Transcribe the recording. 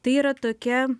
tai yra tokia